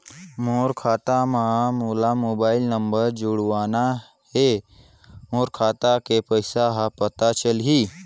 मोर खाता मां मोला मोबाइल नंबर जोड़वाना हे मोर खाता के पइसा ह पता चलाही?